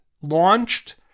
launched